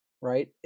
right